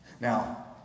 Now